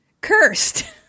Cursed